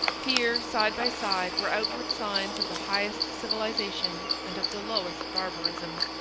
here, side by side, were outward signs of the highest civilization and of the lowest barbarism.